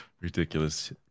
Ridiculous